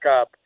up